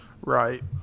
Right